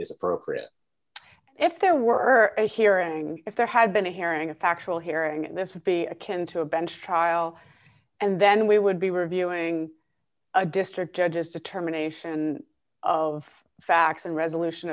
is appropriate if there were a hearing if there had been a hearing a factual hearing this would be akin to a bench trial and then we would be reviewing a district and just determination of facts and resolution